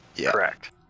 Correct